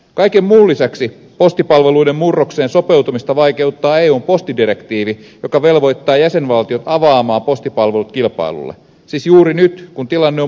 kaiken muun lisäksi postipalveluiden murrokseen sopeutumista vaikeuttaa eun postidirektiivi joka velvoittaa jäsenvaltiot avaamaan postipalvelut kilpailulle siis juuri nyt kun tilanne on muutenkin haastava